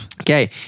Okay